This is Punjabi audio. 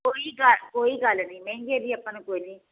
ਕੋਈ ਗੱਲ ਕੋਈ ਗੱਲ ਨਹੀਂ ਮਹਿੰਗੇ ਵੀ ਆਪਾਂ ਨੂੰ ਕੋਈ ਨਹੀਂ ਠੀਕ ਹੈ ਹਾਂਜੀ